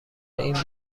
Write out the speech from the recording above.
این